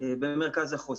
במרכז החוסן.